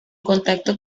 contacto